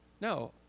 No